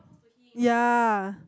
ya